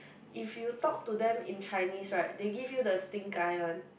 if you talk to them in Chinese right they give you the stink eye one